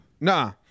Nah